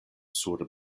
sur